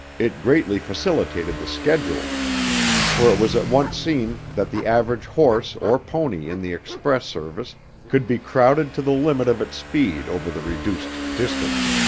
it greatly facilitated the schedule for it was at once seen that the average horse or pony in the express service could be crowded to the limit of its speed over the reduced distance.